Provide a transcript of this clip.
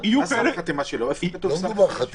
מה יותר טוב בסוף.